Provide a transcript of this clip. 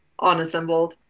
unassembled